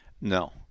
No